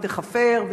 והיא תיחפר,